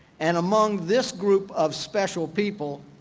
and among this group of special people